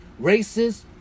Racist